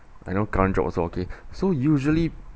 I know current job also okay so usually